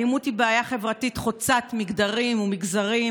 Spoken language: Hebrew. האלימות היא בעיה חברתית חוצת מגדרים ומגזרים,